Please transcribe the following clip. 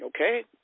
Okay